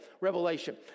revelation